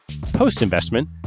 Post-investment